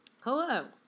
Hello